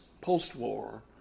post-war